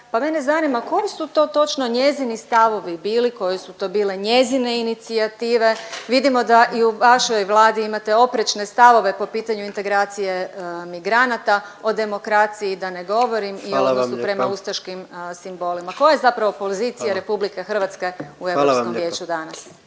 pa mene zanima koji su to točno njezini stavovi bili, koje su to bile njezine inicijative? Vidimo da i u vašoj Vladi imate oprečne stavove po pitanju integracije migranata, o demokraciji da ne govorim i odnosu prema…/Upadica predsjednik: Hvala vam lijepa./…ustaškim simbolima. Koja je zapravo pozicija RH u Europskom vijeću danas?